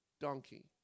donkey